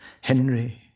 Henry